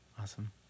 awesome